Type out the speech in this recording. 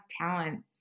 talents